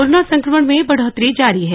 corona संक्रमण में बढोतरी जारी है